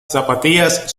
zapatillas